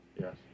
Yes